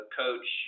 coach